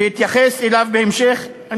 שאתייחס אליה בהמשך,